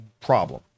problem